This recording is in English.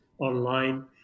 online